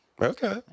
Okay